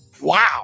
Wow